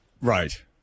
Right